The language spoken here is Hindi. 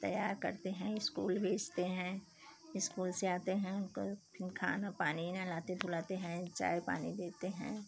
तैयार करते हैं इस्कूल भेजते हैं इस्कूल से आते हैं उनको फिर खाना पानी नहलाते धुलाते हैं चाय पानी देते हैं